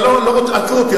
עזבו אותי,